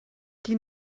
die